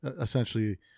essentially